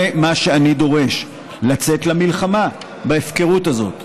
זה מה שאני דורש, לצאת למלחמה בהפקרות הזאת.